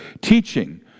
teaching